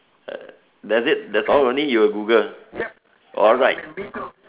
uh that's it that's all only you will Google alright